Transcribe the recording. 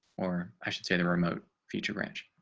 or i should say the remote feature branch,